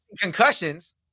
concussions